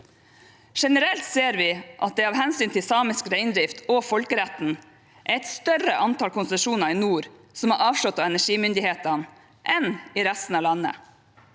Generelt ser vi at det av hensyn til samisk reindrift og folkeretten er et større antall konsesjoner i nord som er avslått av energimyndighetene enn i resten av landet.